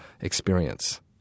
experience